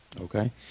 Okay